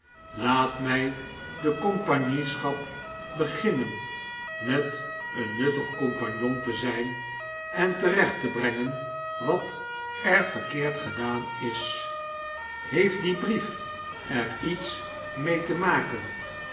laat my de compagnieschap beginnen met een nuttig compagnon te zp en terecht te brengen wat er verkeerd gedaan is heeft die brief er iets mee te maken